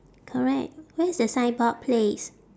correct where's the signboard place